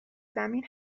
زمین